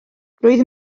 roedd